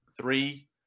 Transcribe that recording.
Three